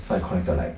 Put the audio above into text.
so I collected like